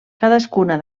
cadascuna